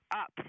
up